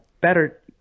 better